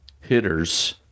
Hitters